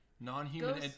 non-human